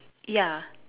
ya